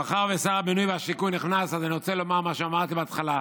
מאחר ששר הבינוי והשיכון נכנס אז אני רוצה לומר מה שאמרתי בהתחלה: